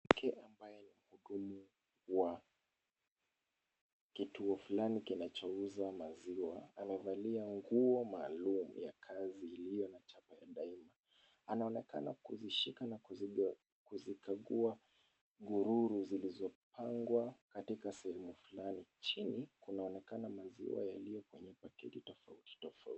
Mwanamke ambaye ni mhukumu wa kituo fulani kinachouza maziwa. Amevalia nguo maalum ya kazi iliyo na chapa ya Daima. Anaonekana kuzishika na kuzikagua gururu zilizopangwa katika sehemu fulani. Chini kunaonekana maziwa yaliyo kwenye pakiti tofauti tofauti.